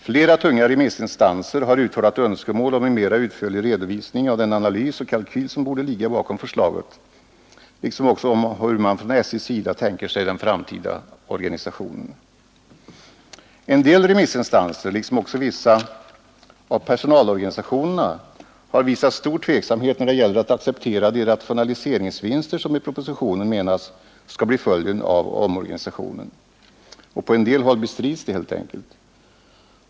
Flera tunga remissinstanser har uttalat önskemål om en mera utförlig redovisning av den analys och kalkyl som borde ligga bakom förslaget, liksom också av hur man från SJ:s sida tänker sig den framtida organisationen. En del remissinstanser liksom också vissa av personalorganisationerna har visat stor tveksamhet när det gäller att acceptera de rationaliseringsvinster som i propositionen anses skola bli följden av omorganisationen. På en del håll bestrids de helt enkelt.